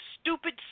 stupid